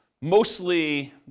mostly